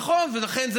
נתקן.